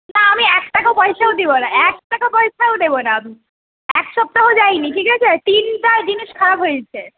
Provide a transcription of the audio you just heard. না আমি একটাকা পয়সাও দেব না একটাকা পয়সাও দেব না আমি এক সপ্তাহ যায়নি ঠিক আছে তিনটা জিনিস খারাপ হয়েছে